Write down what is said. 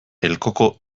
elkoko